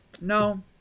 No